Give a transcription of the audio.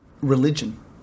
Religion